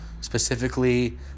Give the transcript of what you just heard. specifically